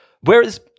Whereas